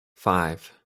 five